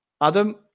Adam